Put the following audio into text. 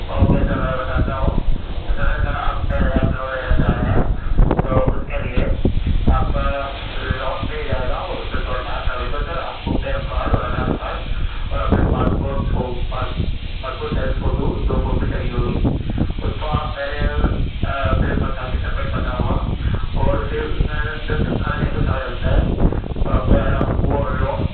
okay sir میں بتاتا ہوں تو سر اگر آپ ٹین لاکھ لون لینا چاہ رہے ہیں تو اُس کے لیے آپ کا لون مل جائے گا اُس میں تھوڑا ٹائم لگے گا سر آپ کو پین کارڈ اور آدھار کارڈ اور اپنی پاسپورٹ پاسپورٹ سائز فوٹو دو فوٹو چاہیے ہوگی اُس کو آپ میرے آ میرے پاس آ کے سبمٹ کرنا ہوگا اور پھر اُس میں دس سے بارہ دِن کا سمعے لگتا ہے تو آپ کو آیا وہ لون